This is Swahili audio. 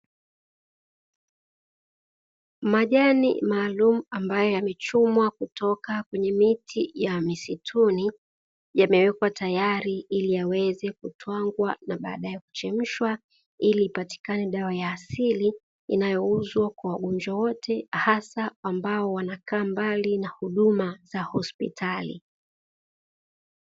Majani maalumu ambayo yamechumwa kutoka kwenye miti ya misituni yamewekwa tayari ili yaweze kutwangwa na baadae kuchemshwa, ili ipatikane dawa ya asili inayouzwa kwa wagonjwa wote hasa ambao wanakaa mbali na huduma za hospitali.